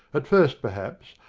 at first, perhaps,